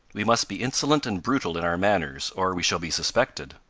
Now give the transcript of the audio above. we must be insolent and brutal in our manners, or we shall be suspected.